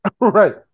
Right